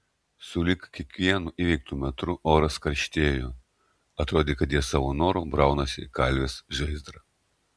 sulig kiekvienu įveiktu metru oras karštėjo atrodė kad jie savo noru braunasi į kalvės žaizdrą